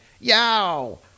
yow